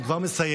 אני כבר מסיים.